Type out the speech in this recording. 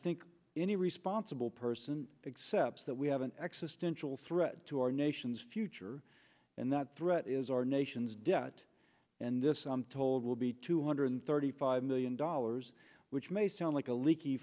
think any responsible person except that we have an accidental threat to our nation's future and that threat is our nation's debt and this i'm told will be two hundred thirty five million dollars which may sound like a leaky